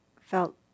felt